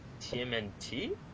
TMNT